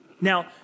Now